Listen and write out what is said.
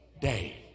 day